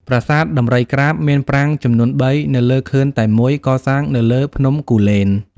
ប្រាសាទដំរីក្រាប មានប្រាង្គចំនួន ៣ នៅលើខឿនតែមួយ កសាងនៅលើភ្នំគូលែន។